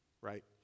right